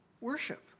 Worship